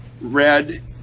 red